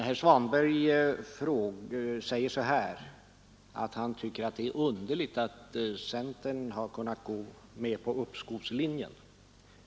Herr Svanberg säger att han tycker att det var underligt att centern har kunnat gå med på uppskovslinjen.